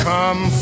Come